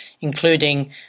including